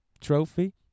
trophy